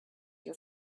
your